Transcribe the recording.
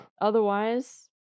Otherwise